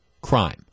crime